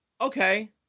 okay